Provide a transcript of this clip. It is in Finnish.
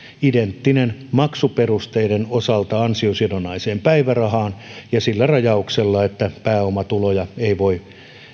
identtinen maksuperusteiden osalta ansiosidonnaiseen päivärahaan mutta sillä rajauksella että pääomatuloja ei voi